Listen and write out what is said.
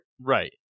Right